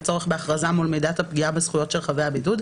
הצורך בהכרזה מול מידת הפגיעה בזכויות של חבי הבידוד,